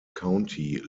county